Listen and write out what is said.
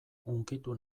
hunkitu